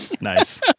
Nice